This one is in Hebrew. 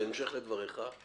בהמשך לדבריך,